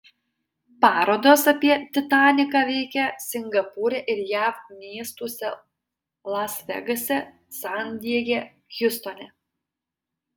parodos apie titaniką veikia singapūre ir jav miestuose las vegase san diege hjustone